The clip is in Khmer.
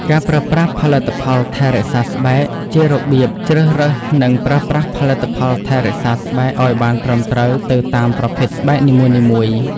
ការប្រើប្រាស់ផលិតផលថែរក្សាស្បែក ជារបៀបជ្រើសរើស និងប្រើប្រាស់ផលិតផលថែរក្សាស្បែកឱ្យបានត្រឹមត្រូវទៅតាមប្រភេទស្បែកនីមួយៗ។